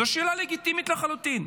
זו שאלה לגיטימית לחלוטין.